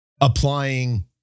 applying